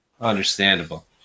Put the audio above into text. Understandable